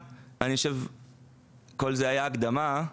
כל זה הייתה הקדמה,